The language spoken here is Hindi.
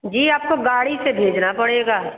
जी आपको गाड़ी से भेजना पड़ेगा